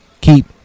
keep